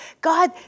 God